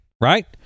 Right